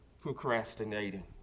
procrastinating